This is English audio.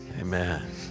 Amen